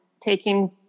taking